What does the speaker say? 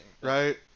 right